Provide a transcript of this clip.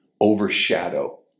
overshadow